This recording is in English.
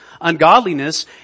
ungodliness